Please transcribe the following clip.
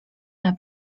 ne’a